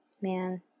man